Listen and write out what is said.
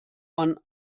man